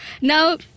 now